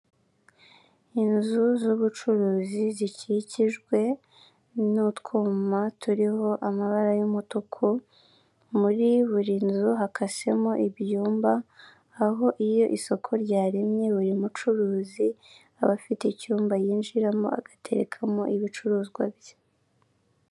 Inzu z'ubucuruzi zikikijwe n'utwuma turiho amabara y'umutuku, muri buri nzu hakasemo ibyumba, aho iyo isoko ryaremye buri mucuruzi aba afite icyumba yinjiramo agaterekamo ibicuruzwa bye.